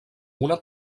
una